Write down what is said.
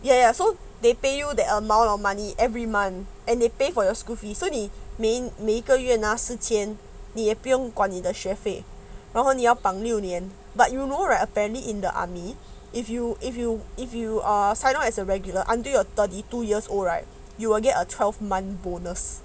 ya ya so they pay you the amount of money every month and they pay for your school fee so 你你每一个月拿四千你也不用管你的学费然后你要绑六年 but you know right apparently in the army if you if you if you are signed up as a regular until you're thirty two years old right you will get a twelve month bonus